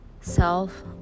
self